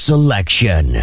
Selection